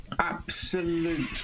absolute